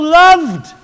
loved